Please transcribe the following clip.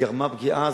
היא גרמה פגיעה,